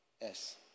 Yes